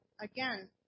again